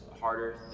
harder